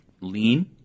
lean